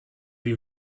you